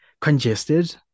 congested